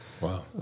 wow